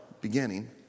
beginning